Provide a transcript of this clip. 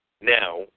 Now